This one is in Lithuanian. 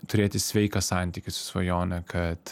turėti sveiką santykį su svajone kad